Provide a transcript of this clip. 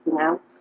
else